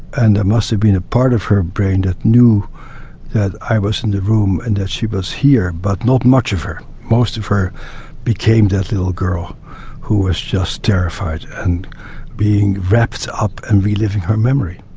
and there must have been a part of her brain that knew that i was in the room and that she was here, but not much of her. most of her became that little girl who was just terrified, and being wrapped up and reliving her memory.